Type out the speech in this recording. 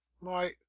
My—